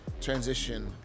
transition